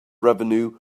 revenue